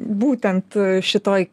būtent šitoj